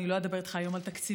אני לא אדבר איתך היום על תקציבים,